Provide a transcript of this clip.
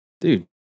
Dude